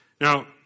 Now